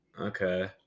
Okay